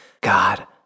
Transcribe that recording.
God